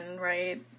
right